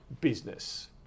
business